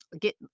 get